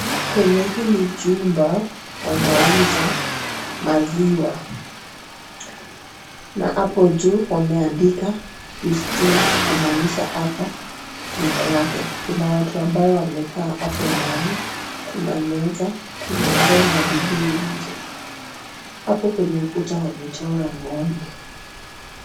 Kwenye hili jumba wanauza maziwa na hapo juu wameandika Yustina kumaanisha hapa ni kwake. Kuna watu ambao wamekaa hapo ndani, kuna meza, kuna ndoo na vibuyu nje. Hapo kwenye ukuta wamechora ng'ombe.